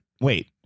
Wait